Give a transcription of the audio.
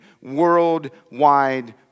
worldwide